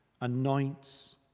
anoints